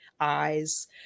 eyes